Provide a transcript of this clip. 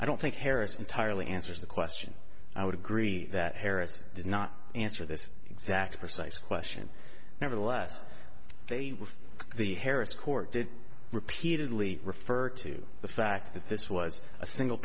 i don't think harris entirely answers the question i would agree that harrison did not answer this exact precise question nevertheless they the harris court did repeatedly refer to the fact that this was a single